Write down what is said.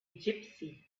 gypsy